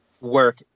work